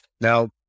Now